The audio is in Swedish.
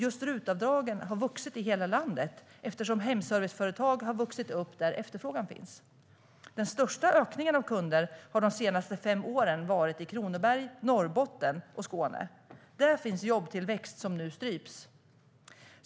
Just RUT-avdragen har vuxit i hela landet eftersom hemserviceföretag har vuxit upp där efterfrågan finns. Den största ökningen av kunder har de senaste fem åren varit i Kronoberg, Norrbotten och Skåne. Där finns jobbtillväxt som nu stryps.